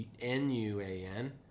N-U-A-N